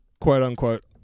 quote-unquote